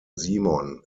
simon